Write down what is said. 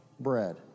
bread